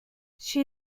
she